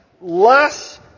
less